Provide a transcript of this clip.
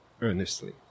earnestly